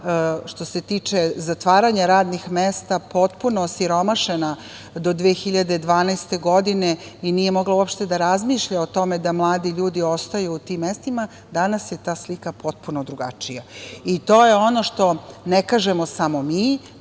što se tiče zatvaranja radnih mesta, potpuno osiromašena do 2012. godine i nije mogla da razmišlja o tome da mladi ljudi ostaju u tim mestima, danas je ta slika potpuno drugačija. To je ono što ne kažemo samo mi,